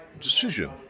decision